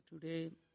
today